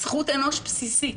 זכות אנוש בסיסית.